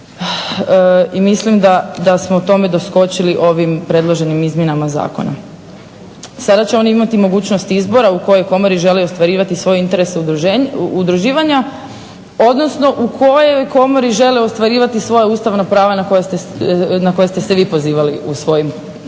i mislim da smo tome doskočili ovim predloženim izmjenama zakona. Sada će oni imati mogućnost izbora u kojoj komori žele ostvarivati svoje interese udruživanja odnosno u kojoj komori žele ostvarivati svoja ustavna prava na koja ste se vi pozivali u svojim raspravama